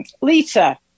Lisa